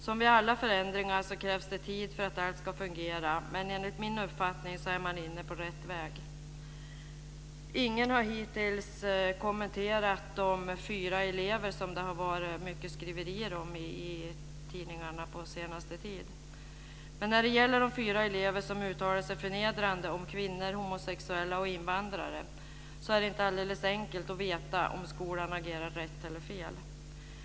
Som vid alla förändringar krävs det tid för att allt ska fungera, men enligt min uppfattning är man inne på rätt väg. Ingen har hittills kommenterat de fyra elever som det har varit mycket skriverier om i tidningarna på senaste tiden. När det gäller de fyra eleverna som uttalat sig förnedrande om kvinnor, homosexuella och invandrare är det inte alldeles enkelt att veta om skolan agerar rätt eller fel.